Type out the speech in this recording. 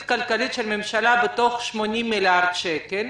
הכלכלית של הממשלה מתוך 80 מיליארד שקלים.